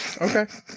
Okay